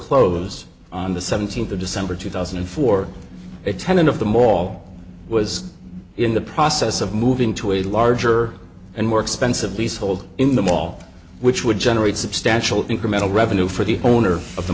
close on the seventeenth of december two thousand and four a tenant of the mall was in the process of moving to a larger and more expensive leasehold in the mall which would generate substantial incremental revenue for the owner of the